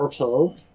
Okay